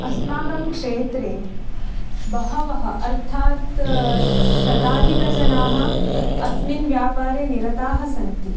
अस्माकं क्षेत्रे बहवः अर्थात् शताधिकजनाः अस्मिन् व्यापारे निरताः सन्ति